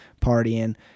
partying